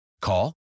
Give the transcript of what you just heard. Call